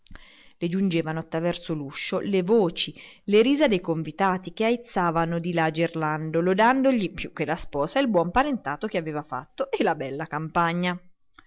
le giungevano attraverso l'uscio le voci le risa dei convitati che aizzavano di là gerlando lodandogli più che la sposa il buon parentado che aveva fatto e la bella campagna